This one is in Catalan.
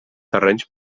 terrenys